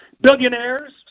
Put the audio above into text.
billionaires